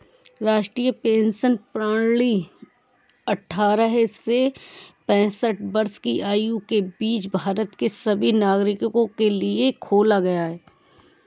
राष्ट्रीय पेंशन प्रणाली अट्ठारह से पेंसठ वर्ष की आयु के बीच भारत के सभी नागरिकों के लिए खोला गया